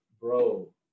bro